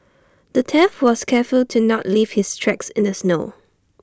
the thief was careful to not leave his tracks in the snow